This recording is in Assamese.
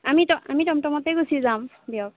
আমি ট আমি টমটমতেই গুছি যাম দিয়ক